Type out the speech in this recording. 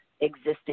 existing